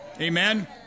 Amen